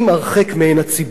הרחק מעין הציבור.